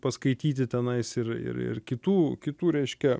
paskaityti tenais ir ir ir kitų kitų reiškia